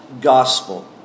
gospel